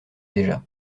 déjà